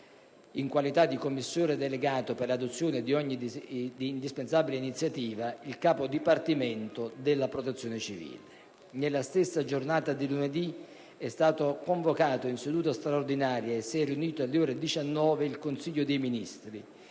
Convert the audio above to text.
in qualità di commissario delegato per l'adozione di ogni indispensabile iniziativa, il capo del Dipartimento della protezione civile. Nella stessa giornata di lunedì è stato convocato in seduta straordinaria, e si è riunito alle ore 19, il Consiglio dei ministri,